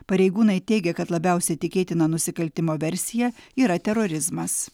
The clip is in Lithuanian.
pareigūnai teigia kad labiausiai tikėtina nusikaltimo versija yra terorizmas